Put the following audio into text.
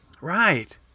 right